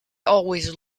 always